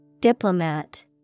Diplomat